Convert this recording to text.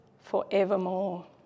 forevermore